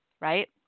Right